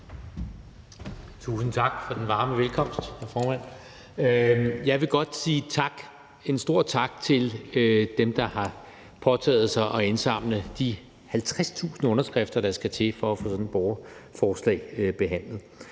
Tusind tak for den varme velkomst, formand. Jeg vil godt sige en stor tak til dem, der har påtaget sig at indsamle de 50.000 underskrifter, der skal til for at få sådan et borgerforslag behandlet.